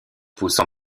poussant